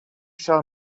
shell